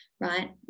right